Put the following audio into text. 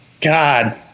god